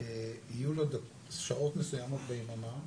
יהיו שעות מסוימות ביממה,